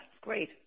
great